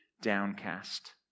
downcast